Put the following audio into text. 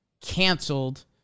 canceled